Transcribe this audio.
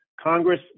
congress